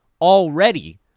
already